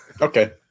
Okay